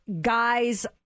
guys